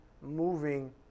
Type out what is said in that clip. moving